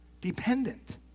Dependent